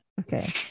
Okay